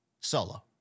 Solo